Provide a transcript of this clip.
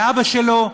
לאבא שלו,